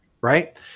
right